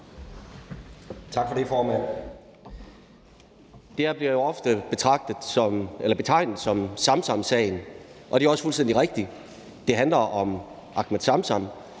Tak for det, formand. Det her bliver jo ofte betegnet som Samsamsagen, og det er også fuldstændig rigtigt, at det handler om Ahmed Samsam.